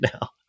now